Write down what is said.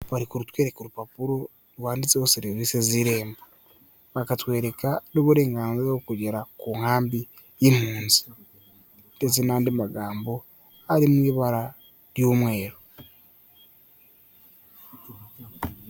Bari kutwareka urupapuro rwanditseho serivisi z'irembo, bakatwereka n'uburenganzira bwo kugera ku nkambi y'impunzi ndetse n'andi magambo ari mu ibara ry'umweru.